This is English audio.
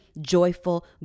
joyful